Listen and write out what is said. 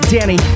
Danny